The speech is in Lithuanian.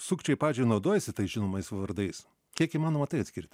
sukčiai pavyzdžiui naudojasi tais žinomais vardais kiek įmanoma tai atskirt